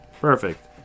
Perfect